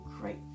great